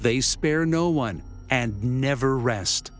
they spare no one and never rest